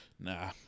Nah